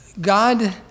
God